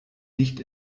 nicht